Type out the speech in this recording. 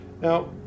Now